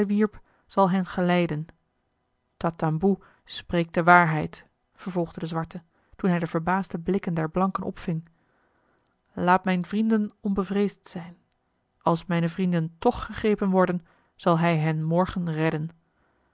zal hen geleiden tatamboe spreekt de waarheid vervolgde de zwarte toen hij de verbaasde blikken der blanken opving laat mijne vrienden onbevreesd zijn als mijne vrienden toch gegrepen worden zal hij hen morgen redden